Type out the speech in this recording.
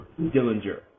Dillinger